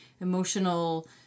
emotional